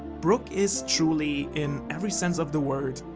brook is truly, in every sense of the word,